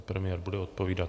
Pan premiér bude odpovídat.